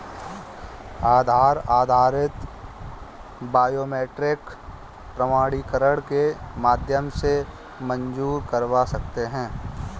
आधार आधारित बायोमेट्रिक प्रमाणीकरण के माध्यम से मंज़ूर करवा सकते हैं